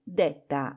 detta